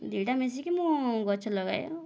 ଦି ଟା ମିଶିକି ମୁଁ ଗଛ ଲଗାଏ